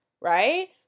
right